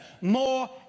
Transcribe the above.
more